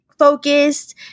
focused